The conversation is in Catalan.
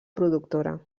productora